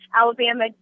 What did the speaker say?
Alabama